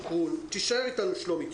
תישאר איתנו, שלומי,